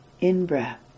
in-breath